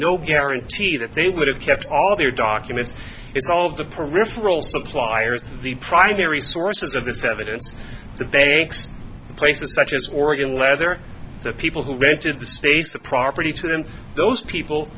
no guarantee that they would have kept all of their documents it's all of the peripheral suppliers the primary sources of this evidence the bakes places such as oregon leather the people who rented the space the property to them those people